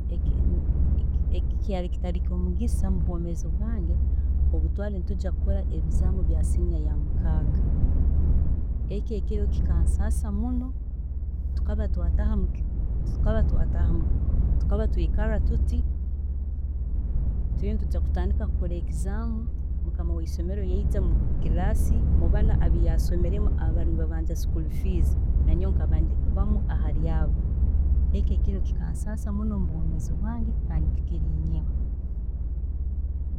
﻿Eki taari ekyomugisa mubwomeezi bwange kikaba obu twaali nitujya kukora ebibuuzo bya senior ya mukaaga, eki ekiro kikansaasa muno, tukaba twataaha mu, tukaba twaataaha, tukaba twiikaarra tuti then nituja kutandika kukora ebizaamu, mukama weisomero yeija mu class, mubaana abu yasomeremu abakaba nibabanja school fees nanyowe nkaba mbarumu, ekyo ekiro kikansaasa muno mubwomeezi bwange kandi tindi kyebwa